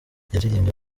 yaririmbye